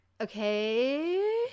okay